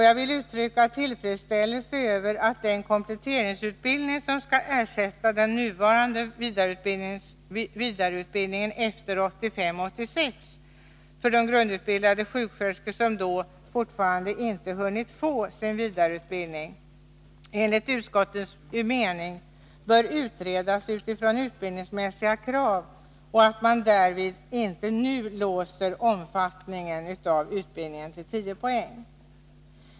Jag vill också uttrycka tillfredsställelse över att den kompletteringsutbildning, som skall ersätta nuvarande vidareutbildning efter 1985/86 för de grundutbildade sjuksköterskor som då ännu ej hunnit få sin vidareutbildning, enligt utskottets mening bör utredas utifrån utbildningsmässiga krav och att därvid omfattningen inte nu låses till 10 poäng.